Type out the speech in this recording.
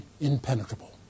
impenetrable